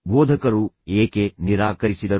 ಬೋಧಕರು ಏಕೆ ನಿರಾಕರಿಸಿದರು